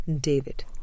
David